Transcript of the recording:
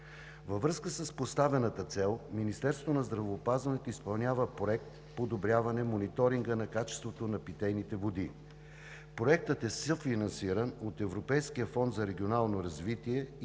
Във връзка с поставената цел Министерството на здравеопазването изпълнява Проект „Подобряване мониторинга на качеството на питейните води“. Проектът е съфинансиран от Европейския фонд за регионално развитие и